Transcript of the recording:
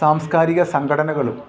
സാംസ്കാരിക സംഘടനകളും